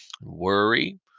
worry